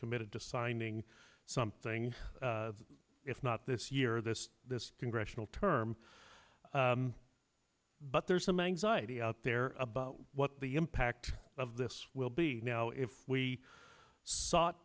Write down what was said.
committed to signing something if not this year this this congressional term but there's some anxiety out there about what the impact of this will be now if we sought